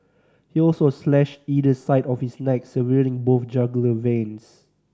he also slashed either side of his neck severing both jugular veins